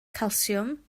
calsiwm